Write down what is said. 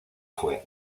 fue